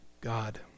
God